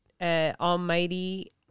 Almighty